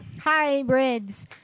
Hybrids